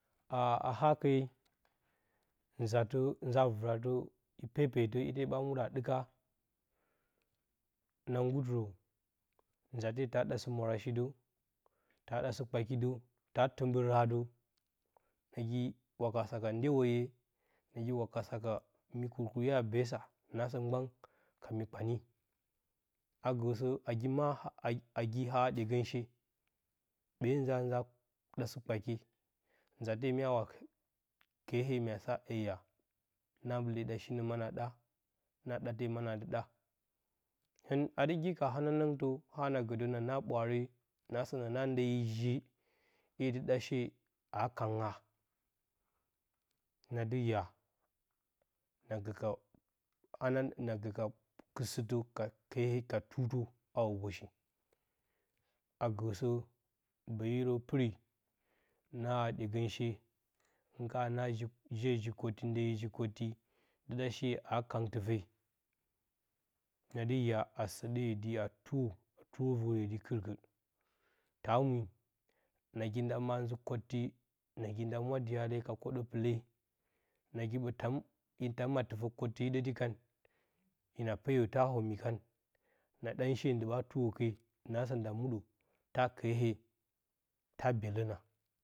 Aaa a hake ngatə nzaa vɨrə i pepetə, ite ɓa mud0ə a d0ɨka na nggulɨ rə nzate ta d0a shi mwarashi də, ta d0ashi kpaki də ta tɨmbirhad0ə nagi wakasa ka nolyeweye, wakasa ka mi ji kurkurye a beesa nassə mgban ka mi kpanye a ga sə aa gi ma a gi haa a dyegonshe ɓee nzaa nza d0astikpakye, ngale mya a bwele kehee mygo sa aiya naa wule d0ashe maanə a d0a naa wule d0ate manə a d0a hɨn adi gi ka hanananatə naa na ɓwaare naasə na naa ndyeyi ji 'ye dɨ d0ashe a kanghaa, naadɨ yaa na gə ka hanaa kɨt-sɨtə, ka pu ka tuu tə haa huboshi a gə sə beeyi rə pɨri, hɨnaa haa dyegəshe hɨn kana naa ji, je ji-kotti ndyeyi ji kotti dɨ dashe a kang tɨfe naadɨ yaa naa səd0ə yedɨ a tuuwo tuuwo vor yedi kɨ kɨ taa mwi nagi nda ma nzə kotti nagi nda mwadyale ka kod0ə pɨle nagi nagi nda hin tam a tɨfə, kottɨ hid0ən ti kan, hina peyo ta omwi kan na d0an she ndɨ ɓa twuwo kan ke naasə nda mud0ə ta kehee ta byelgə la.